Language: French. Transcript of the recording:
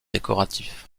décoratifs